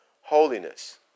holiness